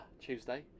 Tuesday